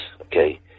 okay